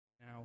now